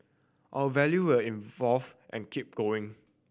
our value will evolve and keep going